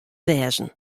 wêze